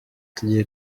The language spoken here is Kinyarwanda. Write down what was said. tugiye